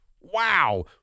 wow